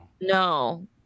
no